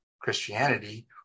Christianity